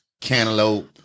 cantaloupe